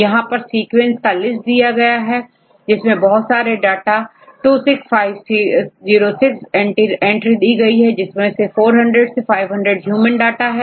यहां पर सीक्वेंस का लिस्ट दिया गया है जिसमें बहुत सारे डेटा26506 एंट्री दी गई हैं जिसमें से400 से 500 ह्यूमन डाटा है